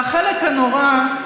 והחלק הנורא הוא